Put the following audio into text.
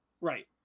Right